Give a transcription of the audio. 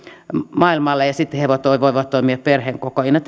maailmalle ja sitten he voivat toimia perheenkokoajina